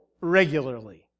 regularly